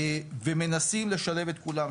ומנסים לשלב את כולם.